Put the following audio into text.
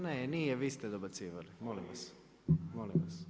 Ne nije, vi ste dobacivali molim vas.